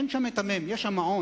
אין שם המ"ם הזה, יש המעון.